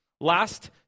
Last